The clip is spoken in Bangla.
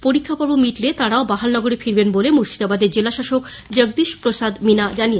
পরীক্ষা পর্ব মিটলে তারাও বাহাল নগরে ফিরবেন বলে মুর্শিদাবাদের জেলা শাসক জগদীশ প্রসাদ মীনা জানিয়েছেন